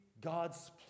God's